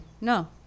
No